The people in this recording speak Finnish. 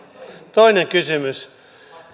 toinen kysymys